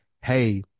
hey